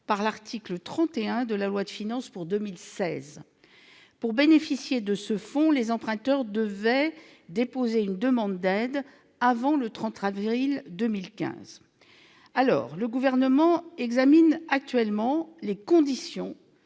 par l'article 31 de la loi de finances pour 2016. Pour bénéficier de ce fonds, les emprunteurs devaient déposer une demande d'aide avant le 30 avril 2015. Le Gouvernement examine actuellement les conditions